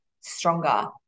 stronger